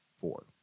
four